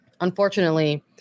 Unfortunately